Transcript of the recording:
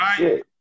right